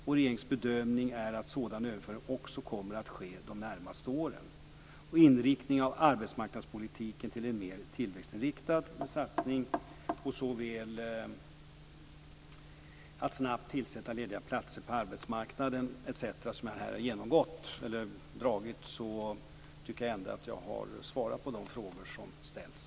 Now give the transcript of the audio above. Och regeringens bedömning är att sådana överföringar också kommer att ske under de närmaste åren och att en inriktning av arbetsmarknadspolitiken kommer att ske till en mer tillväxtinriktad satsning på att snabbt tillsätta lediga platser på arbetsmarknaden etc. Jag tycker ändå att jag härmed har svarat på de frågor som har ställts.